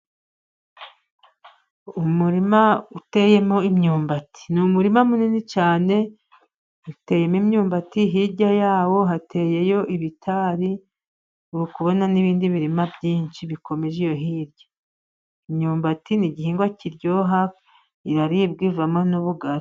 Umurima uteyemo imyumbati. Ni umurima munini cyane uteyemo imyumbati. Hirya yawo hateyeyo ibitari uri kubona n'ibindi birima byinshi bikomeje iyo hirya. Imyumbati ni igihingwa kiryoha. Iraribwa, ivamo n'ubugari.